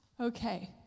Okay